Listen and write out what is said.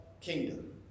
kingdom